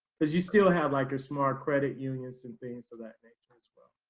because you still have like your smart credit unions and things of that nature as well.